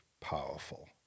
powerful